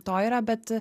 to yra bet